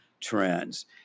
trends